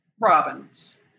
robins